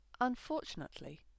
Unfortunately